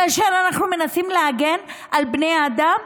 כאשר אנחנו מנסים להגן על בני אדם,